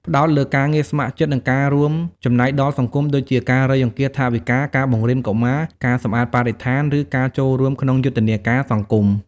ផ្តោតលើការងារស្ម័គ្រចិត្ត និងការរួមចំណែកដល់សង្គម ដូចជា ការរៃអង្គាសថវិកា ការបង្រៀនកុមារ ការសម្អាតបរិស្ថាន ឬការចូលរួមក្នុងយុទ្ធនាការសង្គម។